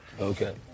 Okay